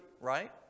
right